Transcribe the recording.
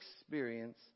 experience